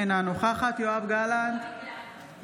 אינה נוכחת יואב גלנט,